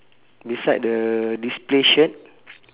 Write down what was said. beside the display shirt